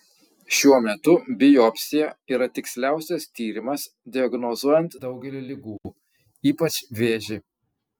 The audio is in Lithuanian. šiuo metu biopsija yra tiksliausias tyrimas diagnozuojant daugelį ligų ypač vėžį